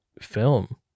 film